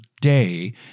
day